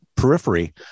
periphery